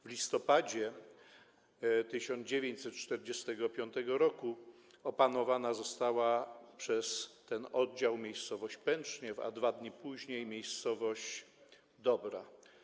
W listopadzie 1945 r. opanowana została przez ten oddział miejscowość Pęczniew, a 2 dni później miejscowość Dobra.